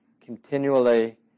continually